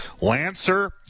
lancer